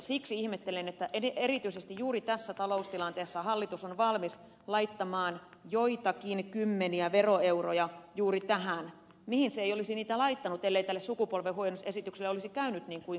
siksi ihmettelen että erityisesti juuri tässä taloustilanteessa hallitus on valmis laittamaan joitakin kymmeniä veroeuroja juuri tähän mihin se ei olisi niitä laittanut ellei tälle sukupolvenhuojennusesitykselle olisi käynyt niin kuin kävi